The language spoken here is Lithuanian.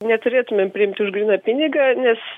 neturėtumėm priimti už gryną pinigą nes